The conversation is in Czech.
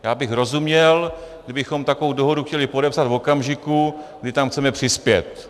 Já bych rozuměl, kdybychom takovou dohodu chtěli podepsat v okamžiku, kdy tam chceme přispět.